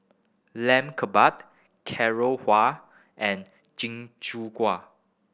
Lamb Kebab Carrot Halwa and